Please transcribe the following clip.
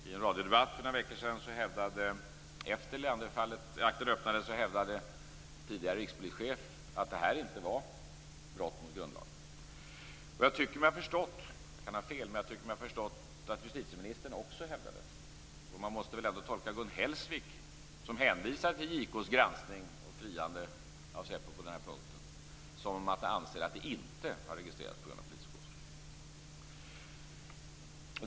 I en radiodebatt för några veckor sedan, efter det att Leanderakten hade öppnats, hävdade en tidigare rikspolischef att det här inte var brott mot grundlagen. Jag kan ha fel, men jag tycker mig ha förstått att också justitieministern hävdar det. Och man måste väl ändå tolka Gun Hellsvik, som hänvisar till JK:s granskning och friande av SÄPO på den här punkten, som att hon anser att det inte har skett registrering på grund av politisk åskådning.